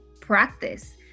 practice